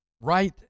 right